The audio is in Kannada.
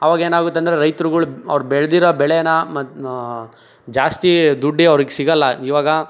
ಅವಾಗೇನಾಗುತ್ತೆಂದ್ರೆ ರೈತರುಗಳು ಅವ್ರು ಬೆಳ್ದಿರೋ ಬೆಳೆನ್ನ ಮತ್ತು ಜಾಸ್ತಿ ದುಡ್ಡೇ ಅವ್ರಿಗೆ ಸಿಗೋಲ್ಲ ಇವಾಗ